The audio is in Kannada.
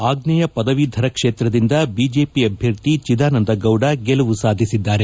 ಆಗ್ನೇಯ ಪದವೀಧರ ಕ್ಷೇತ್ರದಿಂದ ಬಿಜೆಪಿ ಅಭ್ಯರ್ಥಿ ಚಿದಾನಂದ ಗೌಡ ಗೆಲುವು ಸಾಧಿಸಿದ್ದಾರೆ